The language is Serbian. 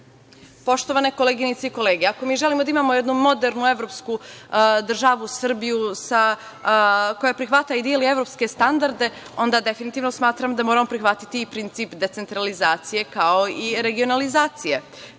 svoju? Poštovane koleginice i kolege, ako mi želimo da imamo jednu modernu evropsku državu Srbiju koja prihvata i deli evropske standarde, onda definitivno smatram da moramo prihvatiti i princip decentralizacije, kao i regionalizacije,